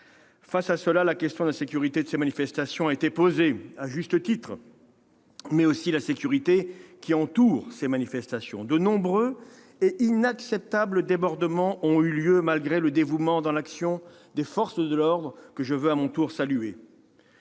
seulement la question de la sécurité de ces manifestations a été posée à juste titre, mais aussi celle de la sécurité qui entoure ces manifestations. De nombreux et inacceptables débordements ont eu lieu malgré le dévouement dans l'action des forces de l'ordre, que je veux, à mon tour, saluer.